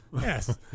Yes